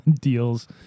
Deals